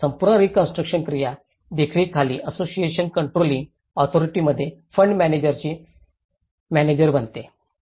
संपूर्ण रीकॉन्स्ट्रुकशन क्रिया देखरेखीसाठी असोसिएशन कंट्रोलिंग ऑथोरिटीमध्ये फंड मॅनेजरची मॅनेजर बनते